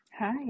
Hi